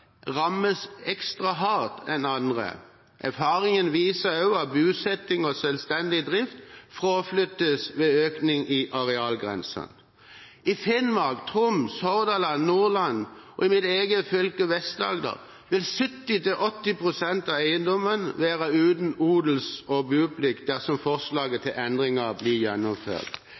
rammes ekstra hardt, hardere enn andre. Erfaringen viser også at bruk – med selvstendig drift – fraflyttes ved økning i arealgrensene. I Finnmark, Troms, Hordaland, Nordland og i mitt eget fylke, Vest-Agder, vil 70–80 pst. av eiendommene være uten odels- og boplikt dersom forslaget til endringer blir gjennomført